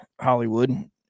Hollywood